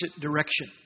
direction